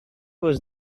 was